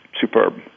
superb